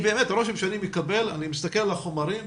באמת הרושם שאני מקבל, אני מסתכל על החומרים,